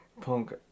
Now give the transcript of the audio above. Punk